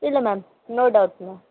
இல்லை ma'am no doubt ma'am